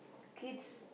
kids